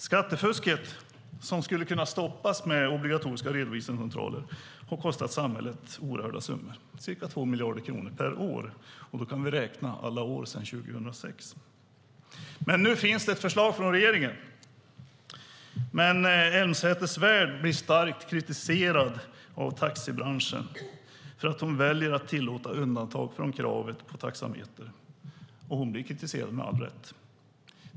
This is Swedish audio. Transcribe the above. Skattefusket - som skulle kunna stoppas med obligatoriska redovisningscentraler - har kostat samhället oerhörda summor, ca 2 miljarder kronor per år, och då kan vi räkna alla år sedan 2006. Nu finns det ett förslag från regeringen. Men Elmsäter-Svärd blir starkt kritiserad av taxibranschen för att hon väljer att tillåta undantag från kravet på taxameter. Och hon blir kritiserad med all rätt.